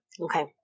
Okay